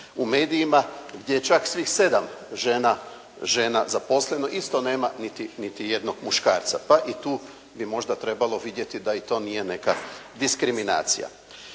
u medijima gdje čak svih sedam žena zaposleno. Isto nema niti jednog muškarca. Pa i tu bi možda trebalo vidjeti da i to nije neka diskriminacija.